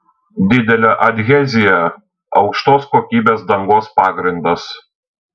didelė adhezija aukštos kokybės dangos pagrindas